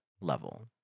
level